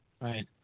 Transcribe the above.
Right